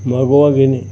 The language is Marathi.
मागोवा घेणे